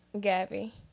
Gabby